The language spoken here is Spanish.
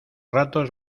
ratos